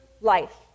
life